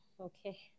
Okay